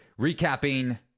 recapping